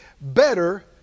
better